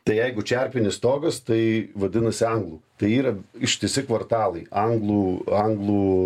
tai jeigu čerpinis stogas tai vadinasi anglų tai yra ištisi kvartalai anglų anglų